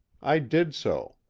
i did so.